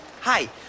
Hi